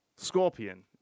Scorpion